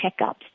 checkups